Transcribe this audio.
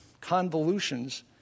convolutions